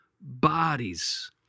bodies